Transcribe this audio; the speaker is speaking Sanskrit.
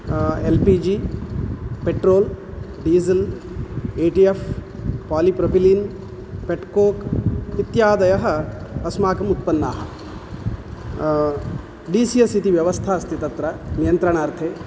L P G petrol diesel A T F polypropylene petcoke इत्यादयः अस्माकम् उत्पन्नाः डि सि एस् इति व्यवस्था अस्ति तत्र नियन्त्रणार्थे